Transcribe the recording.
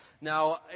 Now